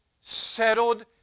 settled